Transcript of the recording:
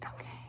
Okay